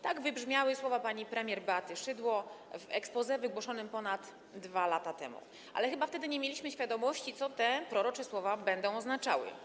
Tak wybrzmiały słowa pani premier Beaty Szydło w exposé wygłoszonym ponad 2 lata temu, ale wtedy chyba nie mieliśmy świadomości, co te prorocze słowa będą oznaczały.